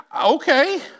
okay